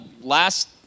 last